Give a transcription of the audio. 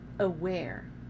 aware